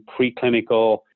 preclinical